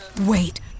wait